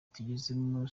tugezemo